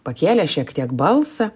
pakėlė šiek tiek balsą